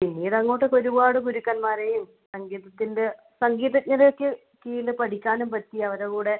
പിന്നീട് അങ്ങോട്ടൊക്കെ ഒരുപാട് ഗുരുക്കന്മാരെയും സംഗീതത്തിൻ്റെ സംഗീതജ്ഞരുടെ ഒക്കെ കീഴിൽ പഠിക്കാനും പറ്റി അവരുടെ കൂടെ